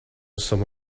some